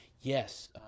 Yes